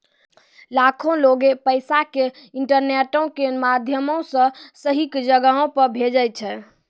लाखो लोगें पैसा के इंटरनेटो के माध्यमो से सही जगहो पे भेजै छै